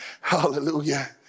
hallelujah